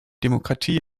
demokratie